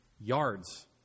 yards